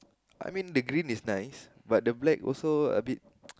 I mean the green is nice but the black also a bit